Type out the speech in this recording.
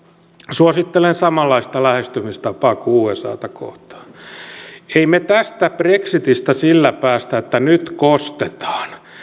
suosittelen samanlaista lähestymistapaa kuin usata kohtaan emme me tästä brexitistä sillä pääse että nyt kostetaan